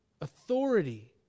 authority